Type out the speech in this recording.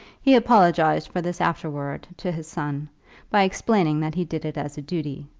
he apologized for this afterwards to his son by explaining that he did it as a duty.